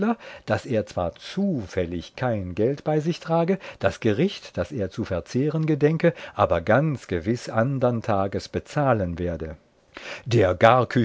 daß er zwar zufällig kein geld bei sich trage das gericht das er zu verzehren gedenke aber ganz gewiß andern tages bezahlen werde der